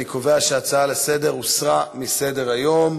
אני קובע שההצעה לסדר-היום הוסרה מסדר-היום.